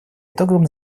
итогам